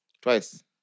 Twice